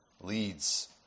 leads